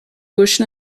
گوش